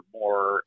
more